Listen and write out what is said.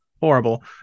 horrible